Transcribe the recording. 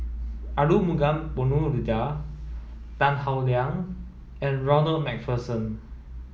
Arumugam Ponnu Rajah Tan Howe Liang and Ronald MacPherson